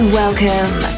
welcome